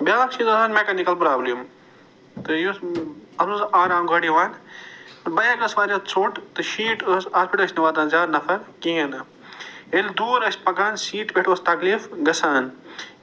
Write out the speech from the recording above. بیٛاکھ چیٖزا اکھ میکانِکل پرٛابلِم تہٕ یُس اتھ منٛز اوس آرام گۄڈٕ یِوان بایِک ٲس وارِیاہ ژھۅٹ تہٕ سیٖٹ ٲس اتھ پٮ۪ٹھ ٲسۍ نہٕ واتان زیادٕ نفر کِہیٖنٛۍ نہٕ ییٚلہِ دوٗر ٲسۍ پَکان سیٖٹہِ پٮ۪ٹھ اوس تکلیٖف گَژھان